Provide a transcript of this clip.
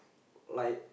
like